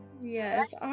Yes